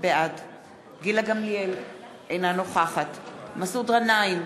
בעד גילה גמליאל, אינה נוכחת מסעוד גנאים,